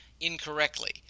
incorrectly